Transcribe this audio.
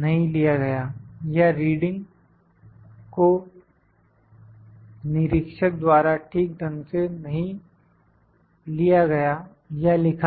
नहीं लिया गए या रीडिंग को निरीक्षक द्वारा ठीक ढंग से नहीं लिया गया या लिखा गया